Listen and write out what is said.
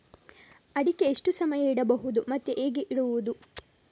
ಅಡಿಕೆ ಎಷ್ಟು ಸಮಯ ಇಡಬಹುದು ಮತ್ತೆ ಹೇಗೆ ಇಡುವುದು?